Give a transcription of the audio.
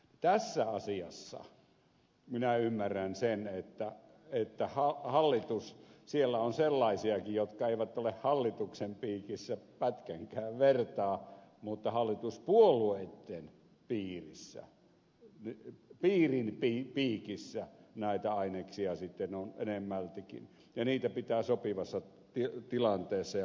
tässä asiassa minä ymmärrän sen että siellä on sellaisiakin jotka eivät ole hallituksen piikissä pätkänkään vertaa mutta hallituspuolueitten piirin piikissä näitä aineksia sitten on enemmältikin ja niitä pitää sopivassa tilanteessa ja paikassa arvioida